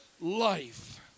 life